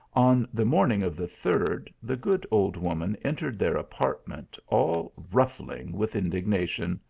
on the morning of the third, the good old woman entered their apartment all ruffling with indignation.